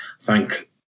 thank